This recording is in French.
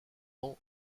ans